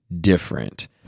different